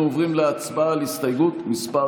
אנחנו עוברים להצבעה על הסתייגות מס'